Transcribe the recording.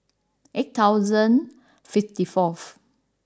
eight thousand fifty fourth